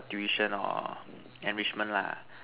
tuition or enrichment lah